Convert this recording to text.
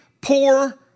poor